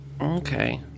Okay